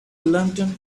lantern